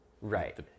right